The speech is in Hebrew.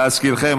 להזכירכם,